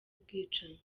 ubwicanyi